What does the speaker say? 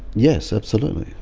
yes absolutely,